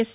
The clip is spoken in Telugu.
ఎస్